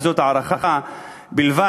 וזאת הערכה בלבד,